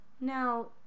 now